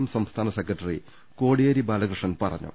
M സംസ്ഥാന secretary Kodiyeri Balakrishnan പറഞ്ഞു